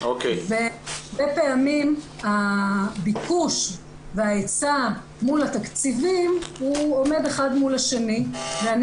הרבה פעמים הביקוש וההיצע מול התקציבים הוא עומד אחד מול השני ואני